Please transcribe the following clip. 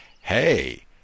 hey